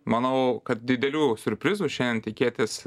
manau kad didelių siurprizų šiandien tikėtis